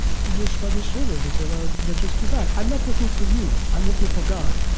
just shrugged his shoulders and said, well, that's just too bad. i'm not working for you. i'm working for god.